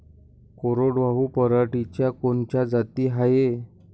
कोरडवाहू पराटीच्या कोनच्या जाती हाये?